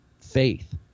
faith